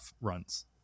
runs